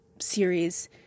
series